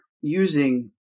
using